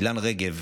אילן רגב,